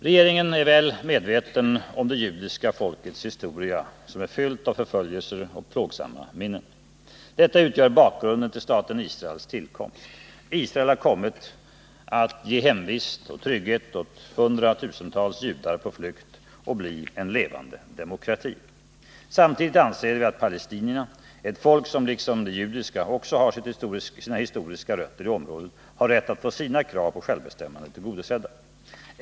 Regeringen är väl medveten om det judiska folkets historia, som är fylld av förföljelser och plågsamma minnen. Detta utgör bakgrunden till staten Israels tillkomst. Israel har kommit att ge hemvist och trygghet åt hundratusentals judar på flykt och bli en levande demokrati. Samtidigt anser vi att palestinierna — ett folk som liksom det judiska också har sina historiska rötter i området — har rätt att få sina krav på självbestämmande tillgodosedda.